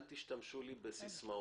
אל תשתמשו בסיסמאות.